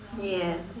ya